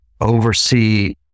oversee